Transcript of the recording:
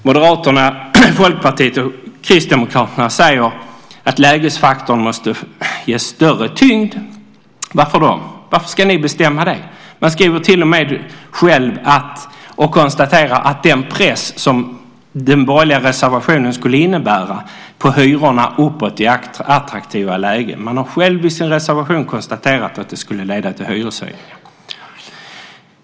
Moderaterna, Folkpartiet och Kristdemokraterna säger att lägesfaktorn måste ges större tyngd. Varför då? Varför ska ni bestämma det? Man konstaterar att den borgerliga reservationen skulle innebära en press uppåt på hyrorna i attraktiva lägen. Man har själv i sin reservation konstaterat att det skulle leda till hyreshöjningar.